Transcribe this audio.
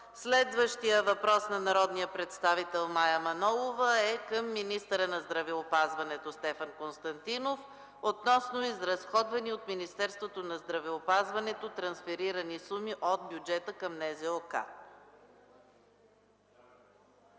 Следващият въпрос е от народния представител Мая Манолова към министъра на здравеопазването Стефан Константинов относно изразходвани от Министерството на здравеопазването трансферирани суми от бюджета на НЗОК.